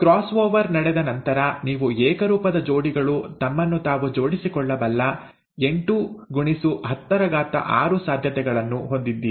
cross over ನಡೆದ ನಂತರ ನೀವು ಏಕರೂಪದ ಜೋಡಿಗಳು ತಮ್ಮನ್ನು ತಾವು ಜೋಡಿಸಿಕೊಳ್ಳಬಲ್ಲ 8x106 ಸಾಧ್ಯತೆಗಳನ್ನು ಹೊಂದಿದ್ದೀರಿ